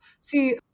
see